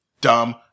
Dumb